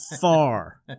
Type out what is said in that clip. far